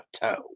toe